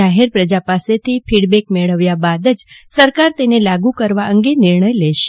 જાહેર પ્રજા પાસેથી ફીડબેક મેળવવા બાદ જ સરકાર તેને લાગુ કરવા અંગે નિર્ણય લેશે